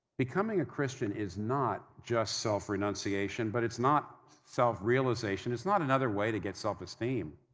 becoming a christian is not just self-renunciation, but it's not self-realization. it's not another way to get self-esteem.